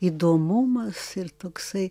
įdomumas ir toksai